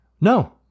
No